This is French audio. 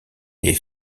les